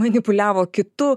manipuliavo kitu